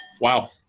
wow